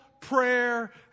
prayer